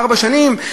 ארבע שנים,